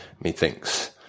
methinks